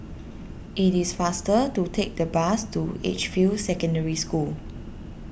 it is faster to take the bus to Edgefield Secondary School